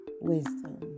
Wisdom